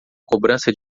cobrança